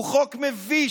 הוא חוק מביש,